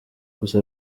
gusa